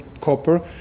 copper